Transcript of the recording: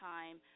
Time